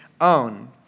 own